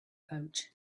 pouch